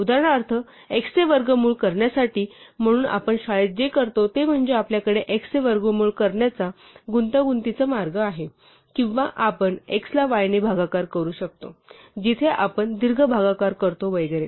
उदाहरणार्थ x चे वर्गमूळ करण्यासाठी म्हणून आपण शाळेत जे करतो ते म्हणजे आपल्याकडे x चे वर्गमूळ करण्याचा गुंतागुंतीचा मार्ग आहे किंवा आपण x ला y ने भागाकार करू शकतो जिथे आपण दीर्घ भागाकार करतो वगैरे